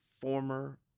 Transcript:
former